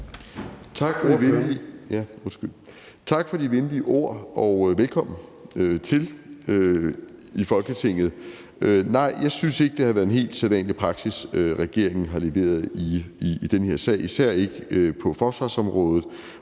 Tak for de venlige ord, og velkommen til i Folketinget. Nej, jeg synes ikke, det har været en helt sædvanlig praksis, regeringen har leveret i den her sag, især ikke på forsvarsområdet,